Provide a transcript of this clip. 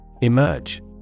Emerge